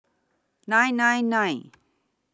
nine nine nine